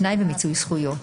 פנאי ומיצוי זכויות.